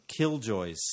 Killjoys